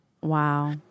Wow